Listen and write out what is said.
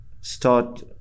start